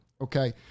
okay